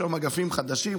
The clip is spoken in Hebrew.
יש היום אגפים חדשים,